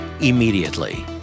immediately